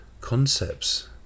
concepts